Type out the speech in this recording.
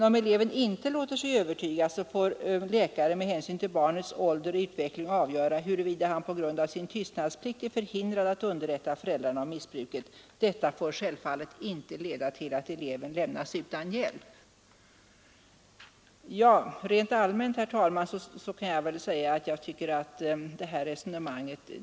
Om eleven inte låter sig övertygas, får läkaren med hänsyn till barnets ålder och utveckling avgöra huruvida han på grund av sin tystnadsplikt är förhindrad att underrätta föräldrarna om missbruket. Detta får självfallet inte leda till att eleven lämnas utan hjälp.” Rent allmänt kan jag biträda detta resonemang.